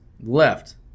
left